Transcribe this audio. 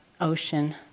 ocean